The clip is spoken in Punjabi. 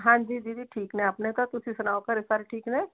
ਹਾਂਜੀ ਦੀਦੀ ਠੀਕ ਨੇ ਆਪਣੇ ਤਾਂ ਤੁਸੀਂ ਸੁਣਾਓ ਘਰੇ ਸਾਰੇ ਠੀਕ ਨੇ